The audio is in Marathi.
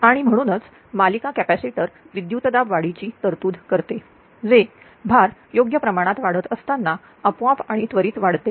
आणि म्हणूनच मालिका कॅपॅसिटर विद्युतदाब वाढीची तरतूद करते जे भार योग्य प्रमाणात वाढत असताना आपोआप आणि त्वरित वाढते